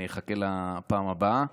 אני אחכה לפעם הבאה.